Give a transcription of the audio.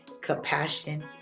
compassion